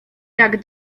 jak